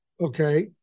Okay